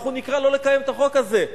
אנחנו נקרא לא לקיים את החוק הזה.